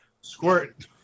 Squirt